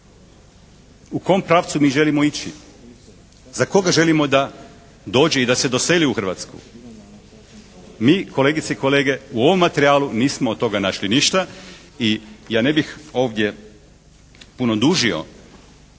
U kom pravcu mi želimo ići? Za koga želimo da dođe i da se doseli u Hrvatsku? Mi kolegice i kolege, u ovom materijalu nismo našli od toga ništa. I ja ne bih ovdje puno dužio,